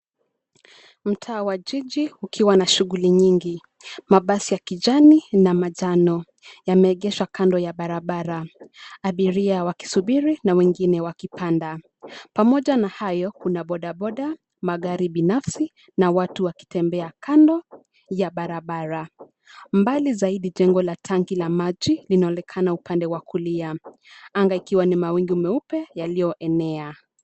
Mtaa wa jiji ukiwa na shughuli nyingi. Mabasi ya kijani na manjano yameegeshwa kando na barabara, abiria wakisuburi na wengine wakipanda. Pamoja na hayo kuna bodaboda, magari binafsi na watu wakitembea kando ya barabara. Mbali zaidi jengo la tanki ya maji, linaonekana upande wa kulia. Anga ikiwa ni mawingu meupe yaliyoenea.